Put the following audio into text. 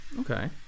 Okay